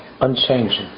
unchanging